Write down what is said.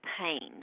pain